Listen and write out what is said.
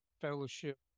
fellowship